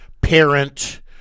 parent